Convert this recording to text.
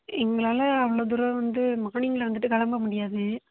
எங்களால் அவ்வளோ தூரம் வந்து மார்னிங்கில் வந்துட்டு கிளம்ப முடியாது